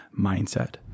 mindset